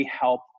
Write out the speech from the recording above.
help